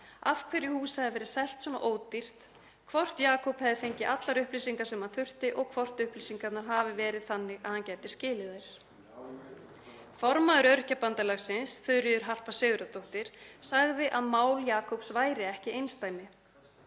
af hverju húsið hefði verið selt svona ódýrt, hvort Jakub hefði fengið allar upplýsingar sem hann þurfti og hvort upplýsingarnar hefðu verið þannig að hann gæti skilið þær. Formaður Öryrkjabandalagsins, Þuríður Harpa Sigurðardóttir, sagði að mál Jakubs væri ekki einsdæmi.